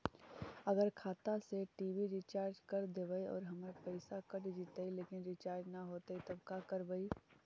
अगर खाता से टी.वी रिचार्ज कर देबै और हमर पैसा कट जितै लेकिन रिचार्ज न होतै तब का करबइ?